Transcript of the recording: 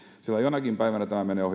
sillä jonakin päivänä